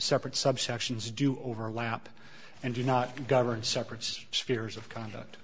separate subsections do overlap and do not govern separates spheres of conduct